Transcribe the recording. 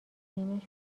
تیم